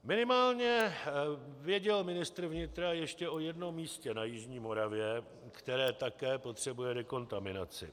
Minimálně věděl ministr vnitra ještě o jednom místě na jižní Moravě, které také potřebuje dekontaminaci.